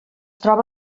troba